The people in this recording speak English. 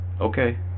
Okay